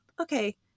okay